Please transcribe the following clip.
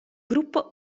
gruppo